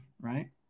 right